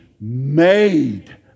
made